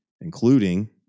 including